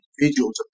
individuals